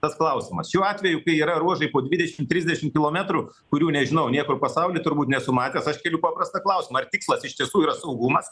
tas klausimas šiuo atveju kai yra ruožai po dvidešim trisdešim kilometrų kurių nežinau niekur pasauly turbūt nesu matęs aš keliu paprastą klausimą ar tikslas iš tiesų yra saugumas